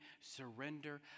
surrender